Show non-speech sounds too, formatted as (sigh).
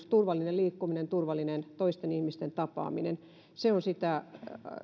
(unintelligible) turvalliseen liikkumiseen turvalliseen toisten ihmisten tapaamiseen se on sitä